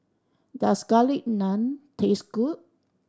does Garlic Naan taste good